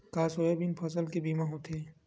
का सोयाबीन फसल के बीमा होथे?